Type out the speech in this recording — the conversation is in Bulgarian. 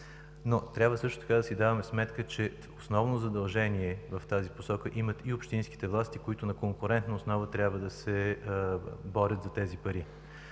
лв. Трябва също така да си даваме сметка, че основно задължение в тази посока имат и общинските власти, които на конкурентна основа трябва да се борят за тези пари.